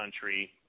country